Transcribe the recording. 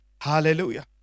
Hallelujah